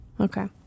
Okay